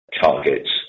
targets